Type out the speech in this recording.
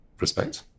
respect